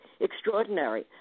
extraordinary